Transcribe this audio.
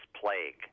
plague